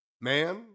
Man